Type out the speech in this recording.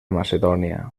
macedònia